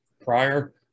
prior